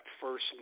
first